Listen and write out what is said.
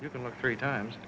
you can look three times